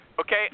Okay